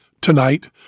tonight